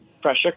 pressure